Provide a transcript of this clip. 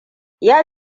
ya